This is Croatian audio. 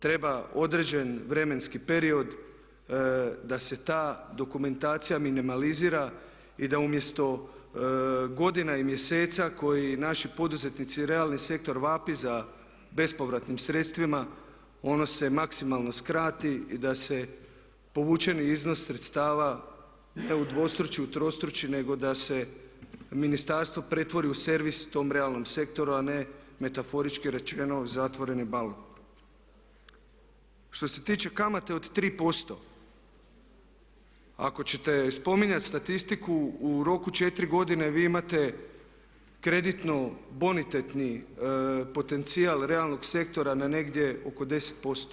Treba određeni vremenski period da se ta dokumentacija minimalizira i da umjesto godina i mjeseci koje naši poduzetnici i realni sektor vapi za bespovratnim sredstvima on se maksimalno skrati i da se povučeni iznos sredstava ne udvostruči, utrostruči nego da se ministarstvo pretvori u servis tom realnom sektoru a ne metaforički rečeno zatvoreni … [[Ne razumije se.]] Što se tiče kamate od 3%, ako ćete spominjati statistiku u roku 4 godine vi imate kreditno bonitetni potencijal realnog sektora na negdje oko 10%